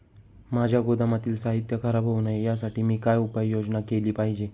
माझ्या गोदामातील साहित्य खराब होऊ नये यासाठी मी काय उपाय योजना केली पाहिजे?